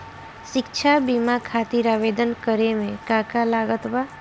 शिक्षा बीमा खातिर आवेदन करे म का का लागत बा?